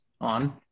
on